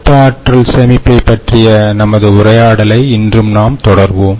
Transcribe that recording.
வெப்ப ஆற்றல் சேமிப்பை பற்றிய நமது உரையாடலை இன்றும் நாம் தொடர்வோம்